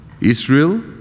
Israel